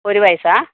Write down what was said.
ഒരു വയസ്സാണോ